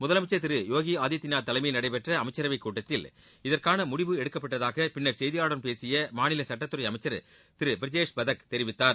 முதலஎமச்சர் திரு யோகி ஆதித்யநாத் தலைமையில் நடைபெற்ற அமைச்சரவை கூட்டத்தில் இதற்காள முடிவு எடுக்கப்பட்டதாக பின்னர் செய்தியாளர்களிடம் பேசிய மாநில சுட்டத்துறை அமைச்சர் திரு பிரஜேஷ்பதக் தெரிவித்தார்